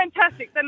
fantastic